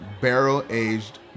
barrel-aged